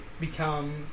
become